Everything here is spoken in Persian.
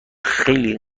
خیلی